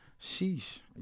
Sheesh